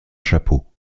chapeau